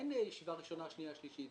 אין ישיבה ראשונה, שנייה ושלישית.